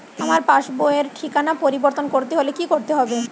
আমার পাসবই র ঠিকানা পরিবর্তন করতে হলে কী করতে হবে?